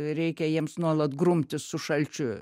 reikia jiems nuolat grumtis su šalčiu